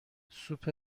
سوپ